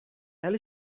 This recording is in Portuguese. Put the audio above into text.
ela